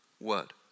word